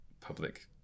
public